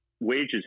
wages